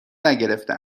نگرفته